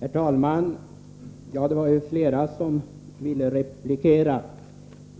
Herr talman! Det var ju flera som ville replikera.